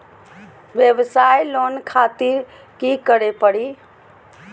वयवसाय लोन खातिर की करे परी?